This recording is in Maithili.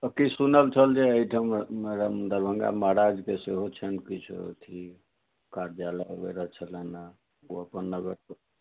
आ किछु सुनल छल जे एहिठाम दरभङ्गा महाराजके सेहो छनि किछु अथी कार्यालय वगैरह छलनि हँ ओ अपन नगर